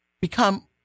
become